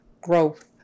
growth